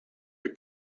the